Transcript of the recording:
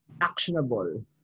actionable